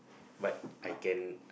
but I can